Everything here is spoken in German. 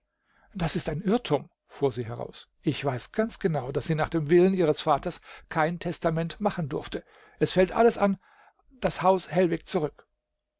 das ist ein irrtum fuhr sie heraus ich weiß ganz genau daß sie nach dem willen ihres vaters kein testament machen durfte es fällt alles an das haus hellwig zurück